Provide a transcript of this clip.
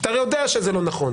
אתה הרי יודע שזה לא נכון